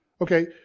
Okay